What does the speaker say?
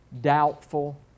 Doubtful